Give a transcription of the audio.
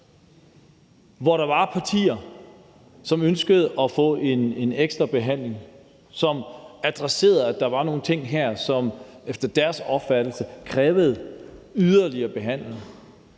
hvor der var partier, som ønskede at få en ekstra behandling, der adresserede, at der var nogle ting dér, som efter deres opfattelse krævede yderligere behandling.